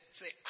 say